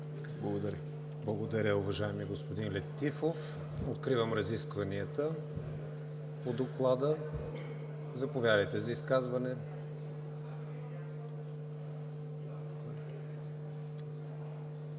ВИГЕНИН: Благодаря, уважаеми господин Летифов. Откривам разискванията по Доклада. Заповядайте за изказване.